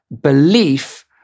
belief